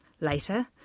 later